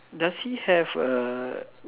does he have err